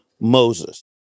Moses